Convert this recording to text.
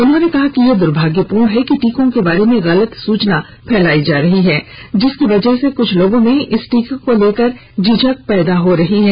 उन्होंने कहा कि यह दुर्भाग्यपूर्ण है कि टीकों के बारे में गलत सूचना फैलाई जा रही है जिसकी वजह से कुछ लोगों में इस टीके को लेकर झिझक पैदा हो रही है